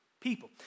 people